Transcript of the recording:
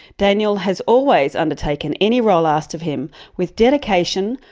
daniel has always undertaken any role asked of him with dedication,